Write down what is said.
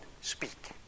speak